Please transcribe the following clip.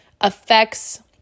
affects